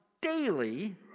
daily